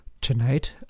tonight